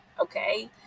okay